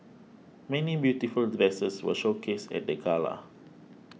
many beautiful dresses were showcased at the gala